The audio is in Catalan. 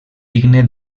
digne